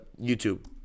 YouTube